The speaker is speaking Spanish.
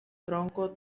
tronco